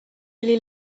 really